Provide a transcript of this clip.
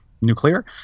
nuclear